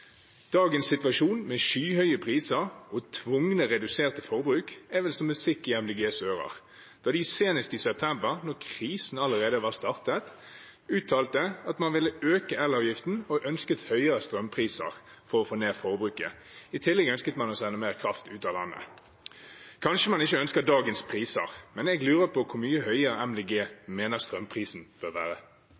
Dagens situasjon, med skyhøye priser og tvunget redusert forbruk, er vel som musikk i MDGs ører da de senest i september, da krisen allerede var startet, uttalte at man ville øke elavgiften og ønsket høyere strømpriser for å få ned forbruket. I tillegg ønsket man å sende mer kraft ut av landet. Kanskje man ikke ønsker dagens priser, men jeg lurer på hvor mye høyere MDG mener strømprisen bør være?